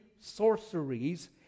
sorceries